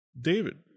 david